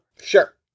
sure